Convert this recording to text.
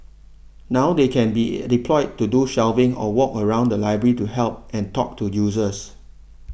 now they can be deployed to do shelving or walk around the library to help and talk to users